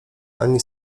ani